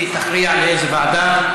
והיא תכריע לאיזו ועדה.